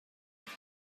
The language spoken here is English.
for